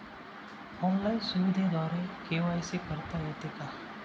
Online सुविधेद्वारे KYC करता येते का?